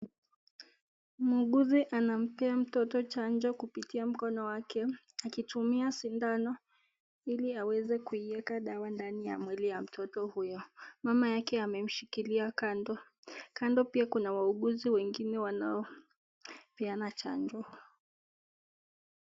Muuguzi anampea mtoto wake chako kupitia mkono wake akitumia sindano ili aweze kuweka dawa ndaani ya mtoto huyo . mama yake amemshikilia kando. kando pia kuna wauugizu wengine wanao peana chanjo.